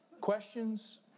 questions